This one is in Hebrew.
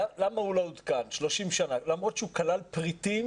למה הוא לא עודכן 30 שנה למרות שהוא כלל פריטים